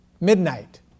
midnight